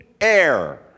air